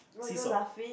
seesaw